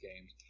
games